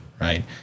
right